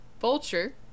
vulture